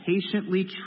patiently